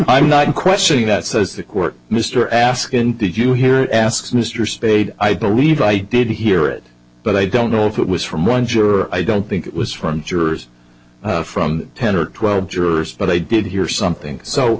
i'm not questioning that says the court mr asking did you hear or ask mr spade i believe i did hear it but i don't know if it was from one juror i don't think it was from jurors from ten or twelve jurors but i did hear something so